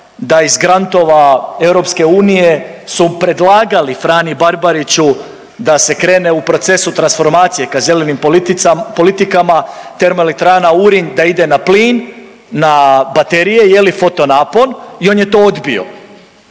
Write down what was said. da iz grantova EU su predlagali Frani Barbariću da se krene u proces transformacije ka zelenim politikama TE Urinj da ide na plin, a baterije fotonapon i on je to odbio.